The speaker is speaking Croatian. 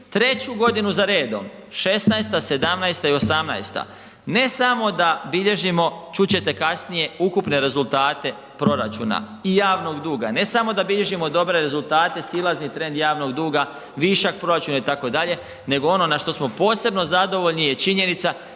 treću godinu za redom, '16.-ta, '17.-ta i '18.-ta, ne samo da bilježimo, čut ćete kasnije, ukupne rezultate proračuna i javnog duga, ne samo da bilježimo dobre rezultate, silazni trend javnog duga, višak proračuna itd., nego ono na što smo posebno zadovoljni je činjenica